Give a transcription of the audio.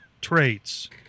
traits